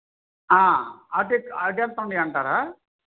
అది ఎంత ఉన్నాయి అంటారా